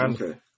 Okay